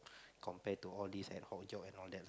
compare to all this ad hoc job and all that